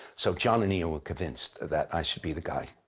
so jon and ian were convinced that i should be the guy.